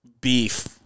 beef